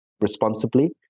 responsibly